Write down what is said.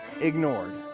ignored